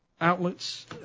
outlets